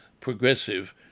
progressive